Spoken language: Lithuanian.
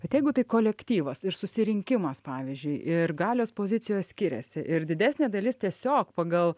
bet jeigu tai kolektyvas ir susirinkimas pavyzdžiui ir galios pozicijos skiriasi ir didesnė dalis tiesiog pagal